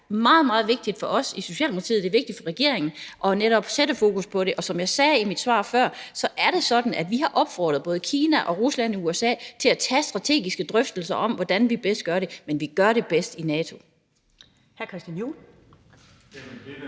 er det meget, meget vigtigt for os i Socialdemokratiet, og det er vigtigt for regeringen, netop at sætte fokus på det. Og som jeg sagde i mit svar før, er det sådan, at vi har opfordret både Kina, Rusland og USA til at tage strategiske drøftelser af, hvordan vi bedst gør det. Men vi gør det bedst i NATO.